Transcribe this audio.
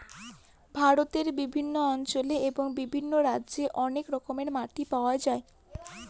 ভারতের বিভিন্ন অঞ্চলে এবং বিভিন্ন রাজ্যে অনেক রকমের মাটি পাওয়া যায়